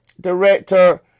director